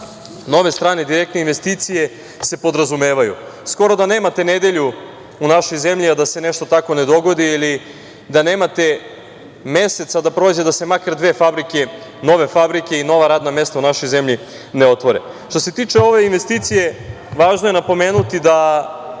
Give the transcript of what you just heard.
nove strane direktne investicije se podrazumevaju. Skoro da nemate nedelju u našoj zemlji, a da se nešto tako ne dogodi ili da nemate mesec da prođe, a da se makar dve fabrike, nove fabrike i nova radna mesta u našoj zemlji ne otvore. Što se tiče ove investicije, važno je napomenuti da